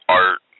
art